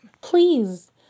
please